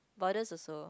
borders also